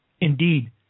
Indeed